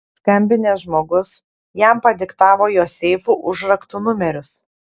skambinęs žmogus jam padiktavo jo seifų užraktų numerius